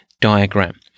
diagram